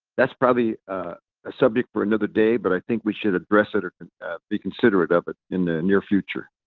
that's probably a subject for another day, but i think we should address it or be considerate of it in the near future.